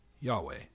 Yahweh